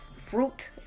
fruit